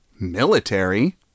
military